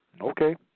Okay